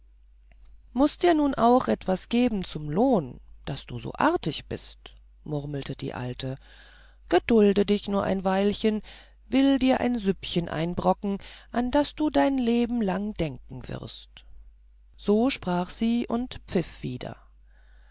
muß dir nun auch etwas geben zum lohn daß du so artig bist murmelte die alte gedulde dich nur ein weilchen will dir ein süppchen einbrocken an das du dein leben lang denken wirst so sprach sie und pfiff wieder